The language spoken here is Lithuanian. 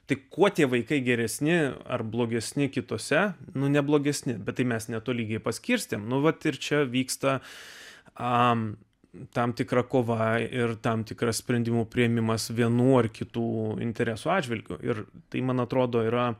tik kuo tie vaikai geresni ar blogesni kitose ne blogesni bet tai mes netolygiai paskirstėme nu vat ir čia vyksta a tam tikra kova ir tam tikras sprendimų priėmimas vienų ar kitų interesų atžvilgiu ir tai man atrodo yra